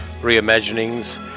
reimaginings